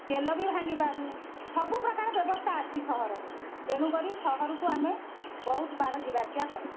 ତେଲ ବି ଭାଙ୍ଗିପାରୁ ସବୁପ୍ରକାର ବ୍ୟବସ୍ଥା ଅଛି ସହରରେ ତେଣୁକରି ସହରକୁ ଆମେ ବହୁତବାର୍ ଯିବା ଆସିବା କରୁ